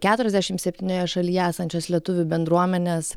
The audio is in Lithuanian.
keturiasdešimt septynioje šalyje esančios lietuvių bendruomenės